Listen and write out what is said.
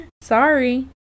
Sorry